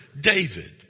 David